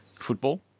football